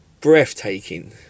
breathtaking